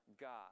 God